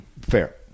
Fair